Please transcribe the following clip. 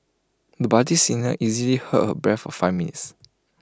the budding singer easily held her breath for five minutes